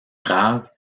grave